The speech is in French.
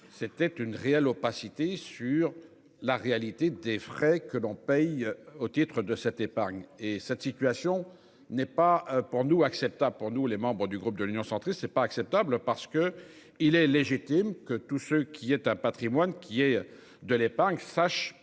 c'était une réelle opacité sur la réalité des frais que l'on paye au titre de cette épargne et cette situation n'est pas pour nous acceptable pour nous les membres du groupe de l'Union centriste est pas acceptable parce que il est légitime que tout ce qui est un Patrimoine qui est de l'épargne sachent